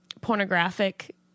pornographic